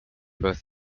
both